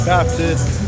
Baptist